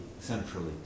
centrally